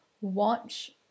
Watch